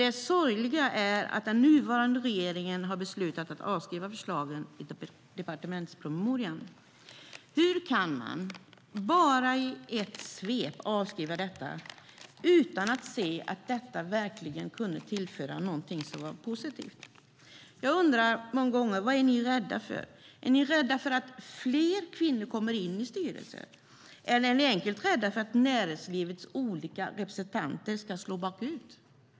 Det sorgliga är att den nuvarande regeringen har beslutat att avskriva förslagen i departementspromemorian. Hur kan man bara i ett svep avskriva det här utan att se att det verkligen skulle kunna tillföra någonting som är positivt? Många gånger har jag undrat vad ni är rädda för. Är ni rädda för att fler kvinnor ska komma in i styrelser, eller är ni helt enkelt rädda för att näringslivets olika representanter ska slå bakut?